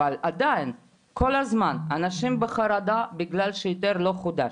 אבל עדיין כל הזמן אנשים בחרדה בגלל שההיתר לא חודש.